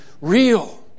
real